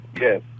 yes